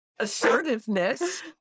Assertiveness